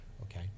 okay